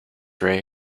ray